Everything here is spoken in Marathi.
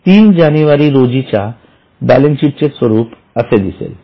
3 जानेवारी रोजीच्या बॅलन्सशीट चे स्वरूप असे दिसेल